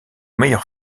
meilleur